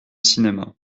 cinéma